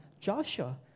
Joshua